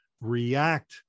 react